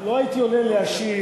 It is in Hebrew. לא הייתי עולה להשיב,